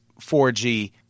4g